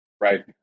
right